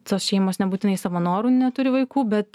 tos šeimos nebūtinai savo noru neturi vaikų bet